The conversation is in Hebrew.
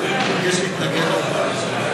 אני מבקש להתנגד אחר כך.